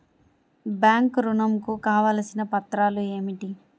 Bank ఋణం కు కావలసిన పత్రాలు ఏమిటి?